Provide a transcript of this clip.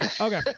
Okay